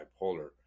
bipolar